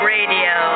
Radio